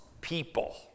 people